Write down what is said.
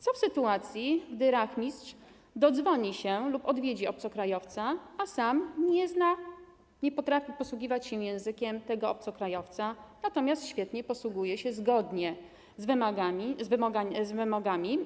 Co w sytuacji, gdy rachmistrz dodzwoni się lub odwiedzi obcokrajowca, a sam nie zna, nie potrafi posługiwać się językiem tego obcokrajowca, natomiast świetnie posługuje się językiem polskim, zgodnie z wymogami?